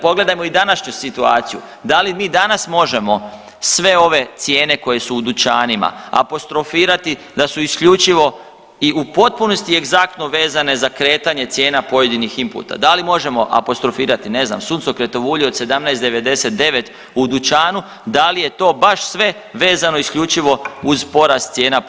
Pogledajmo i današnju situaciju, da li mi danas možemo sve ove cijene koje su u dućanima apostrofirati da su isključivo i u potpunosti egzaktno vezane za kretanje cijena pojedinih inputa, da li možemo apostrofirati, ne znam suncokretovo ulje od 17,99 u dućanu da li je to baš sve vezano isključivo uz porast cijena pojedinih inputa.